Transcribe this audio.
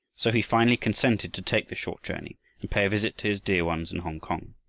so he finally consented to take the short journey and pay a visit to his dear ones in hongkong.